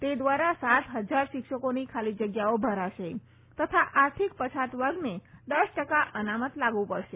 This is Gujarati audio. તે દ્વારા સાત હજાર શિક્ષકોની ખાલી જગ્યાઓ ભરાશે તથા આર્થિક પછાત વર્ગને દસ ટકા અનામત લાગુ પડશે